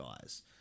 guys